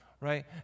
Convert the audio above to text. right